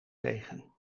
tegen